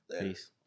Peace